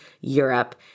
Europe